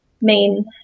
main